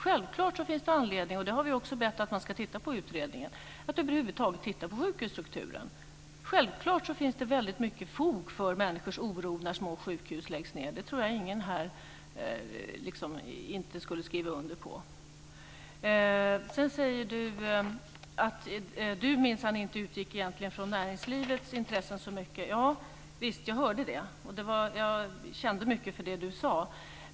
Självklart finns det anledning - och det har vi också bett att man ska titta på i utredningen - att över huvud taget se över sjukhusstrukturen. Självklart finns det väldigt mycket fog för människors oro när små sjukhus läggs ned. Det tror jag inte att någon här inte skulle skriva under på. Sedan säger Chatrine Pålsson att hon minsann inte utgick så mycket från näringslivets intressen. Javisst, jag hörde det. Jag kände mycket för det hon sade.